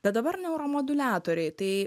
bet dabar neuro moduliatoriai tai